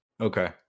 Okay